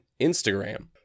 Instagram